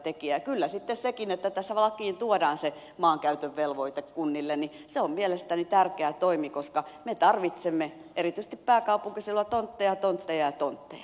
ja kyllä sitten sekin että tässä lakiin tuodaan se maankäytön velvoite kunnille on mielestäni tärkeä toimi koska me tarvitsemme erityisesti pääkaupunkiseudulla tontteja tontteja ja tontteja